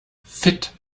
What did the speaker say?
fit